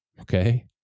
okay